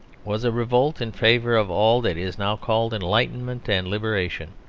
was a revolt in favour of all that is now called enlightenment and liberation.